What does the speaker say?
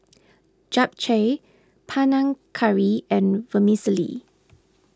Japchae Panang Curry and Vermicelli